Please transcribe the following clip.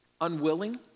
unwilling